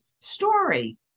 story